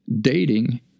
Dating